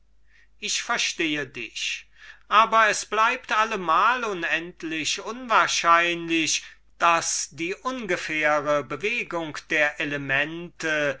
ich verstehe dich aber es bleibt allemal unendlich unwahrscheinlich daß die ungefähre bewegung der elemente